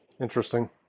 Interesting